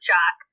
Jack